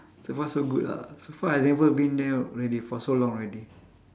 so far so good lah so far I never been there already for so long already